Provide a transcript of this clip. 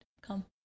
come